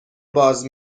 باز